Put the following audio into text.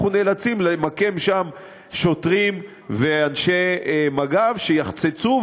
אנחנו נאלצים למקם שם שוטרים ואנשי מג"ב שיחצצו,